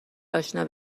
اشنا